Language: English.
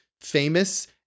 famous